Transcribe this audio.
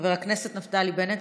חבר הכנסת נפתלי בנט,